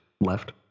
left